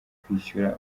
kwishyura